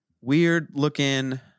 weird-looking